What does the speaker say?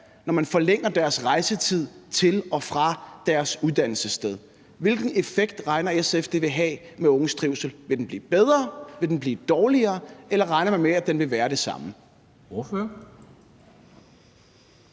når man forlænger deres rejsetid til og fra deres uddannelsessted? Hvilken effekt regner SF med det vil have på unges trivsel? Vil den blive bedre, vil den blive dårligere, eller regner man med, at den vil være det samme?